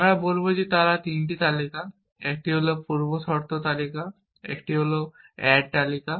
আমরা বলব যে তারা তিনটি তালিকা একটি হল পূর্বশর্ত তালিকা একটি হল অ্যাড তালিকা